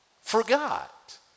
forgot